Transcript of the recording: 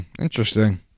interesting